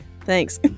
thanks